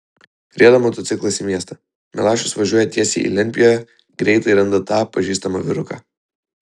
rieda motociklas į miestą milašius važiuoja tiesiai į lentpjūvę greitai randa tą pažįstamą vyruką